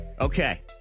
Okay